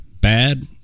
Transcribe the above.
Bad